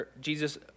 Jesus